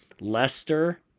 Leicester